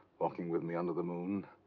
walking with me under the moon,